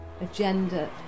agenda